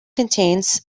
contains